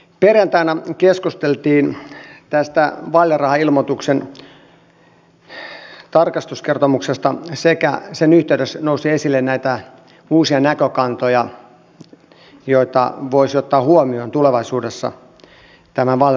perjantaina keskusteltiin tästä vaalirahoituksen tarkastuskertomuksesta sekä sen yhteydessä nousi esille näitä uusia näkökantoja joita voisi ottaa huomioon tulevaisuudessa tämän vaalirahoituksen suhteen